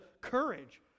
courage